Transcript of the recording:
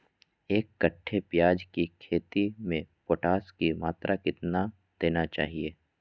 एक कट्टे प्याज की खेती में पोटास की मात्रा कितना देना चाहिए?